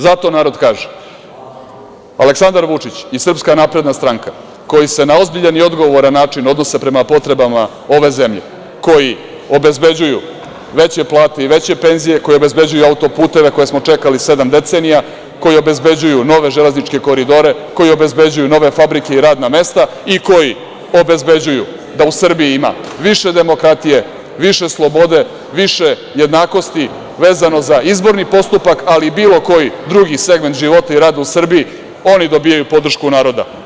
Zato narod kaže, Aleksandar Vučić i SNS koji se na ozbiljan i odgovoran način odnose prema potrebama ove zemlje, koji obezbeđuju veće plate i veće penzije, koji obezbeđuju auto-puteve, koje smo čekali sedam decenija, koji obezbeđuju nove železničke koridore, koji obezbeđuju nove fabrike i radna mesta i koji obezbeđuju da u Srbiji ima više demokratije, više slobode, više jednakosti, vezano za izborni postupak, ali i bilo koji drugi segment života i rada u Srbiji, oni dobijaju podršku naroda.